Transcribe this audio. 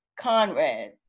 Conrad